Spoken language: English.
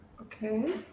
Okay